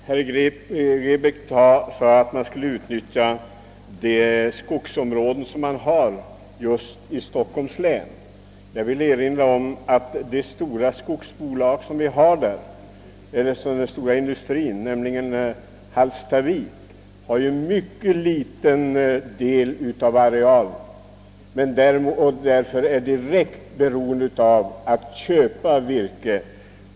Herr talman! Herr Grebäck sade att just de skogsområden som finns i Stockholms län måste kunna utnyttjas. Jag vill erinra om att den stora skogsindustri som arbetar där, nämligen Hallstavik, äger mycket liten del av skogsarealen och därför är direkt beroende av att köpa virke.